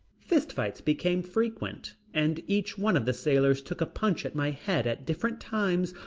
fist fights became frequent and each one of the sailors took a punch at my head at different times,